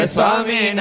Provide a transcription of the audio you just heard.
Swami